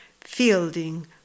Fielding